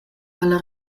alla